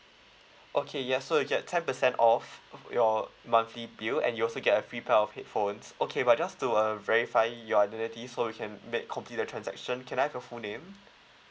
okay yes so you get ten percent off your monthly bill and you also get a free pair of headphones okay but just to uh verify your identity so we can make complete the transaction can I have your full name